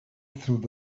through